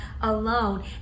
alone